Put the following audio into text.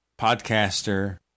podcaster